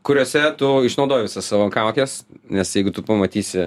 kuriose tu išnaudoji visas savo kaukes nes jeigu tu pamatysi